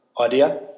idea